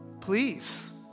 Please